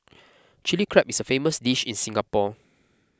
Chilli Crab is a famous dish in Singapore